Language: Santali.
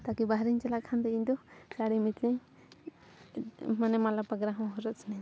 ᱛᱟ ᱠᱤ ᱵᱟᱦᱟ ᱨᱮᱧ ᱪᱟᱞᱟᱜ ᱠᱷᱟᱱ ᱫᱚ ᱤᱧᱫᱚ ᱥᱟᱹᱲᱤ ᱢᱤᱫᱴᱮᱧ ᱤᱧ ᱢᱟᱱᱮ ᱢᱟᱞᱟ ᱯᱟᱜᱽᱨᱟ ᱦᱚᱸ ᱦᱚᱨᱚᱜ ᱥᱟᱱᱟᱧᱟ